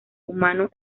humano